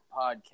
podcast